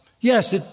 Yes